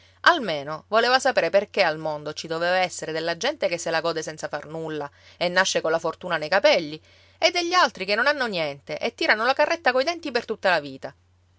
almeno voleva sapere perché al mondo ci doveva essere della gente che se la gode senza far nulla e nasce colla fortuna nei capelli e degli altri che non hanno niente e tirano la carretta coi denti per tutta la vita